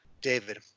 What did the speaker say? David